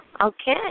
Okay